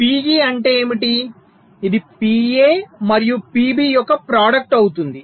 PE అంటే ఏమిటి ఇది PA మరియు PB యొక్క ప్రాడక్టు అవుతుంది